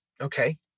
okay